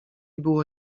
było